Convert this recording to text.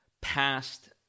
past